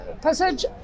passage